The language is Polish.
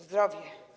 Zdrowie.